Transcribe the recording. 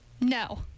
No